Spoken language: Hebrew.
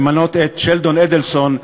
את שלדון אדלסון,